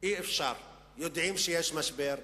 יודעים שיש משבר.